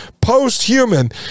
Post-human